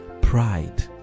pride